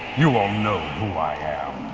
you all know who i am,